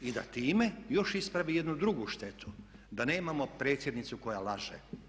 I da time još ispravi jednu drugu štetu da nemamo predsjednicu koja laže.